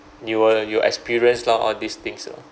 you will you experience lor all these things lah